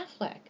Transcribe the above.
Affleck